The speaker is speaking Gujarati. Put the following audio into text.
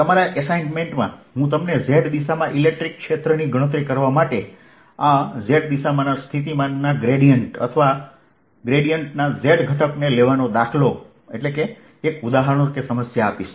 તમારા અસાઇનમેન્ટમાં હું તમને Z દિશામાં ઇલેક્ટ્રિક ક્ષેત્રની ગણતરી કરવા માટે આ Z દિશામાં સ્થિતિમાનના ગ્રેડીયેંટ અથવા ગ્રેડીયેંટના z ઘટકને લેવાનો દાખલો એટલે કે સમસ્યા આપીશ